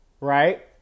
right